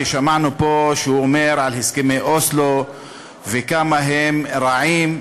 ושמענו פה מה שהוא אומר על הסכמי אוסלו וכמה הם רעים.